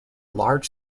large